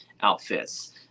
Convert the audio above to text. outfits